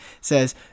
says